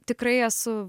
tikrai esu